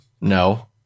No